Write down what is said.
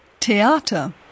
theater